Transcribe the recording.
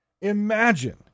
Imagine